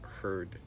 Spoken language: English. heard